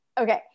Okay